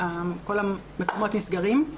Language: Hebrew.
כל המקומות נסגרים.